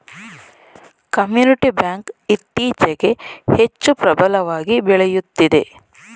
community bank ಇತ್ತೀಚೆಗೆ ಹೆಚ್ಚು ಪ್ರಬಲವಾಗಿ ಬೆಳೆಯುತ್ತಿದೆ